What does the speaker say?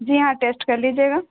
جی ہاں ٹیسٹ کر لیجیے گا